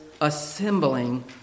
assembling